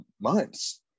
months